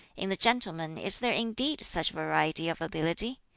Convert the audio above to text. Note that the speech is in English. in the gentleman is there indeed such variety of ability?